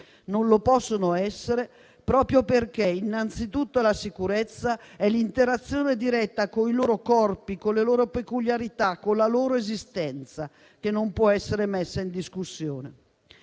Non lo possono essere proprio perché, innanzitutto, è la sicurezza, l'interazione diretta con i loro corpi, con le loro peculiarità, con la loro esistenza che non può essere messa in discussione.